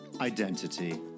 identity